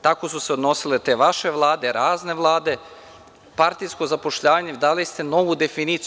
Tako su se odnosile te vaše vlade, razne vlade, partijsko zapošljavanje, dali ste novu definiciju.